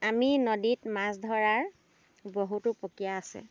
আমি নদীত মাছ ধৰাৰ বহুতো প্ৰক্ৰিয়া আছে